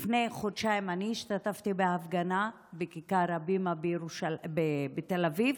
לפני חודשיים אני השתתפתי בהפגנה בכיכר הבימה בתל אביב,